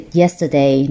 yesterday